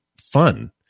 fun